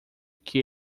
que